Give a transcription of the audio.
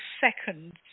seconds